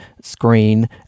screen